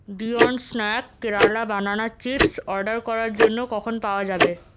beyond snack Kerala banana chips order করার জন্য কখন পাওয়া যাবে